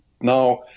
Now